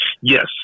yes